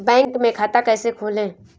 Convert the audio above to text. Bank में खाता कैसे खोलें?